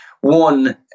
One